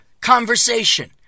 conversation